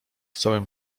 całym